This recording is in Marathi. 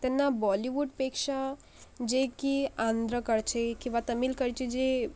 त्यांना बॉलीवूडपेक्षा जे की आंध्रकडचे किंवा तमिलकडचे जे